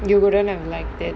you wouldn't have liked that